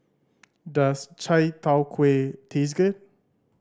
does Chai Tow Kuay taste good